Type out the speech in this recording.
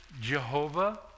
Jehovah